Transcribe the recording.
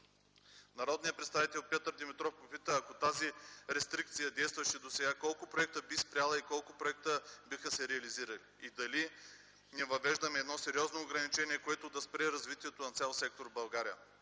Народният представител Петър Димитров попита: ако тази рестрикция действаше досега, колко проекта би спряла и колко проекта биха се реализирали? И дали не въвеждаме едно сериозно ограничение, което да спре развитието на цял сектор в България?